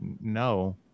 No